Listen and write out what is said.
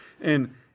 and-